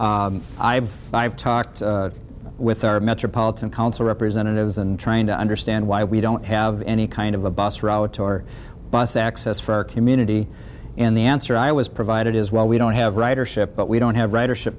i've five talked with our metropolitan council representatives and trying to understand why we don't have any kind of a bus route or bus access for our community and the answer i was provided is well we don't have ridership but we don't have ridership